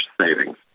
savings